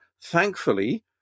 thankfully